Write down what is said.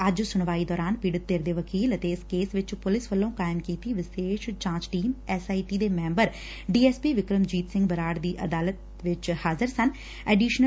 ਅੱਜ ਸੁਣਵਾਈ ਦੌਰਾਨ ਪੀੜਤ ਧਿਰ ਦੇ ਵਕੀਲ ਅਤੇ ਇਸ ਕੇਸ ਵਿਚ ਪੁਲਿਸ ਵੱਲੋਂ ਕਾਇਮ ਕੀਤੀ ਗਈ ਵਿਸ਼ੇਸ਼ ਜਾਂਚ ਟੀਮ ਐਸ ਆਈ ਟੀ ਦੇ member D S P Vikramjit Singh Brar ਵੀ ਅਦਾਲਤ ਵਿਚ ਹਾਜ਼ਰ ਸਨ